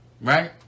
Right